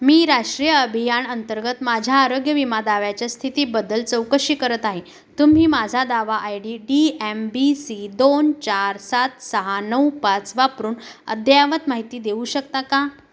मी राष्ट्रीय अभियान अंतर्गत माझ्या आरोग्य विमा दाव्याच्या स्थितीबद्दल चौकशी करत आहे तुम्ही माझा दावा I D D M B C दोन चार सात सहा नऊ पाच वापरून अद्ययावत माहिती देऊ शकता का